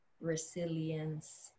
resilience